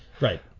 Right